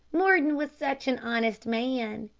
mordon was such an honest man,